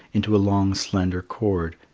into a long slender cord,